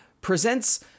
presents